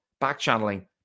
back-channeling